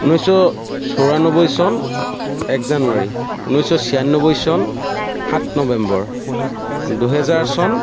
ঊনৈছশ চৌৰান্নব্বৈ চন এক জানুৱাৰী ঊনৈছশ ছিয়ান্নব্বৈ চন সাত নৱেম্বৰ দুহাজাৰ চন